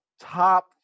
Top